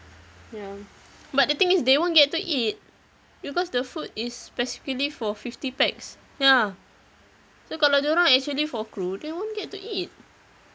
ya but the thing is they won't get to eat because the food is specifically for fifty pax ya so kalau dorang actually for crew they won't get to eat